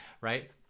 right